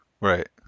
right